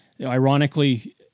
ironically